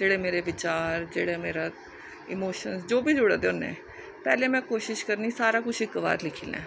जेह्ड़े मेरे बिचार जेह्ड़ा मेरे इमोशनस जुड़े दे होने ते में कोशश करनी सारा इक बार लिखी लैं